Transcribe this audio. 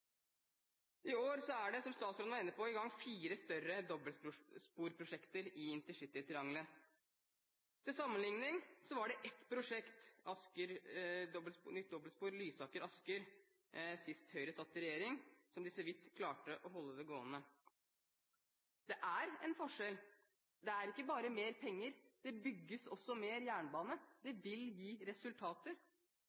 I år er det i gang, som statsråden var inne på, fire større dobbeltsporprosjekter i intercitytriangelet. Til sammenligning var det ett prosjekt, nytt dobbeltspor Lysaker–Asker, sist Høyre satt i regjering – som de så vidt klarte å holde gående. Det er en forskjell. Det er ikke bare mer penger, det bygges også mer jernbane. Det